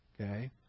Okay